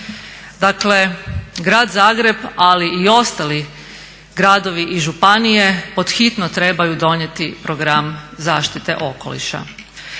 Dakle, Grad Zagreb ali i ostali gradovi i županije podhitno trebaju donijeti program zaštite okoliša.